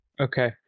Okay